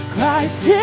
Christ